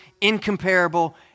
incomparable